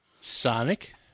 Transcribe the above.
Sonic